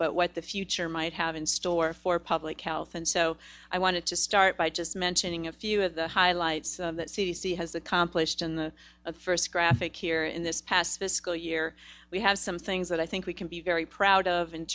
but what the future might have in store for public health and so i wanted to start by just mentioning a few of the highlights that c d c has accomplished in the first graphic here in this past the school year we have some things that i think we can be very proud of in